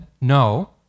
no